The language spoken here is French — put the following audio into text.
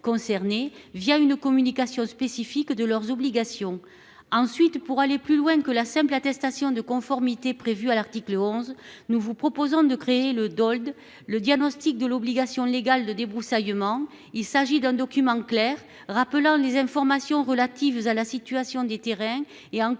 concernés une communication spécifique de leurs obligations. Ensuite, pour aller plus loin que la simple attestation de conformité prévue à l'article 11, nous vous proposons de créer le Dold, le diagnostic de l'obligation légale de débroussaillement. Il s'agit d'un document clair rappelant les informations relatives à la situation des terrains, la